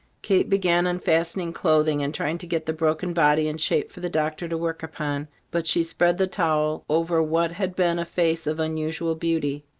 kate began unfastening clothing and trying to get the broken body in shape for the doctor to work upon but she spread the towel over what had been a face of unusual beauty.